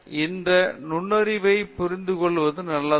பேராசிரியர் பிரதாப் ஹரிதாஸ் இந்த நுண்ணறிவைப் புரிந்துகொள்வது நல்லது